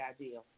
idea